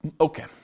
Okay